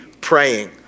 praying